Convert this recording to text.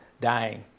dying